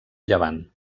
llevant